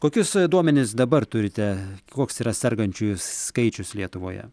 kokius duomenis dabar turite koks yra sergančiųjų skaičius lietuvoje